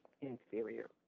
inferior